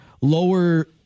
lower